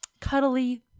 cuddly